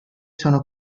sono